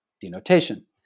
denotation